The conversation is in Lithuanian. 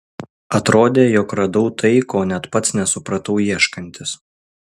atrodė jog radau tai ko net pats nesupratau ieškantis